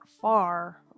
far